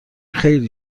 خیلی